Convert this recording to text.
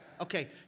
Okay